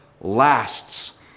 lasts